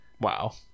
Wow